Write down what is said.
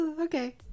Okay